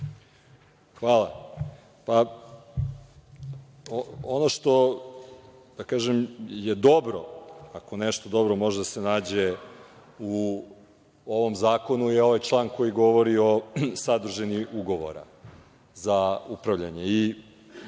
Đurišić** Ono što je dobro, ako nešto dobro može da se nađe u ovom zakonu je ovaj član koji govori o sadržini ugovora za upravljanje.